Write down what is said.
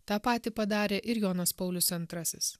tą patį padarė ir jonas paulius antrasis